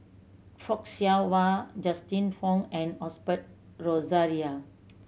Fock Siew Wah Justin Zhuang and Osbert Rozario